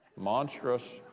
monstrous,